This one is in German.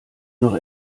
noch